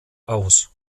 aus